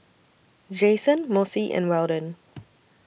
Jason Mossie and Weldon